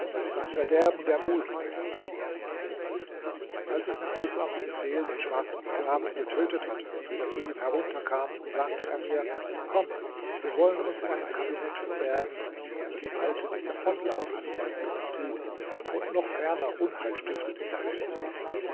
das verderben der muselmänner als ich nach misrams befehl den schwarzen sklaven getötet hatte und wieder zu ihm herunter kam sagte er mir komm wir wollen uns in einem kabinett verbergen damit die alte nicht davonlaufe sobald sie uns sieht und noch ferner unheil stiftet in der welt